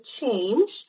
change